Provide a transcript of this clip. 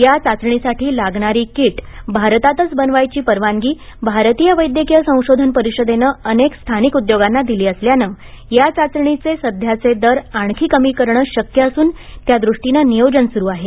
या चाचणीसाठी लागणारी किट भारतातच बनवायची परवानगी भारतीय वैद्यकीय संशोधन परिषदेनं अनेक स्थानिक उद्योगांना दिली असल्यानं या चाचणीचे सध्याचे दर आणखी कमी करणं शक्य असून त्यादृष्टीनं नियोजन सुरु आहे